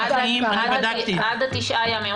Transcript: פרט לתשעה ימים.